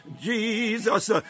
Jesus